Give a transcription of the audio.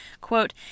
Quote